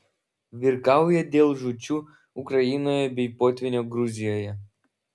virkauja dėl žūčių ukrainoje bei potvynio gruzijoje